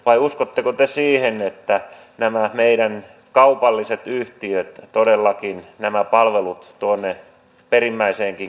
vai uskotteko te siihen että nämä meidän kaupalliset yhtiöt todellakin nämä palvelut tuonne perimmäiseenkin kolkkaan saavat